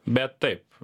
bet taip